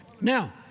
Now